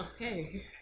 Okay